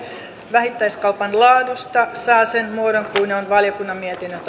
vähittäiskaupan laadusta saa sen muodon kuin on valiokunnan mietinnön